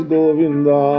Govinda